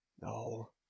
No